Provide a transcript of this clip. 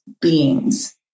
beings